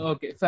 Okay